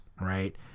Right